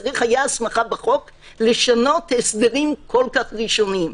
צריך היה הסמכה בחוק לשנות הסדרים כל כך ראשוניים.